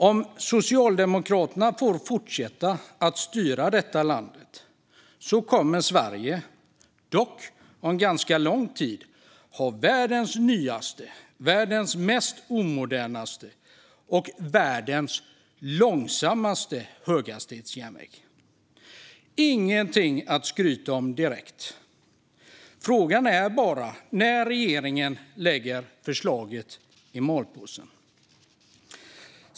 Om Socialdemokraterna får fortsätta att styra det här landet kommer Sverige - dock om ganska lång tid - att ha världens nyaste, världens mest omoderna och världens långsammaste höghastighetsjärnväg. Det är ingenting att skryta om direkt. Frågan är när regeringen lägger det förslaget i malpåse.